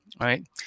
right